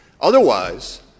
Otherwise